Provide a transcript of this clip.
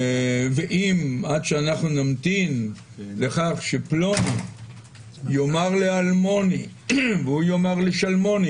ואם עד שאנחנו נמתין לכך שפלוני יאמר לאלמוני והוא יאמר לשלמוני